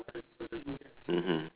mmhmm